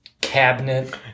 cabinet